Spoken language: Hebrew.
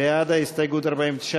לסעיף 1 לא נתקבלה.